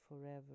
forever